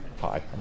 Hi